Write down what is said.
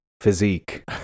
physique